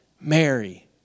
Mary